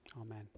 amen